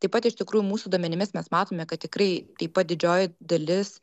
taip pat iš tikrųjų mūsų duomenimis mes matome kad tikrai taip pat didžioji dalis